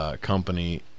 company